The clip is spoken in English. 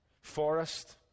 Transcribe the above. forest